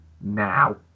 now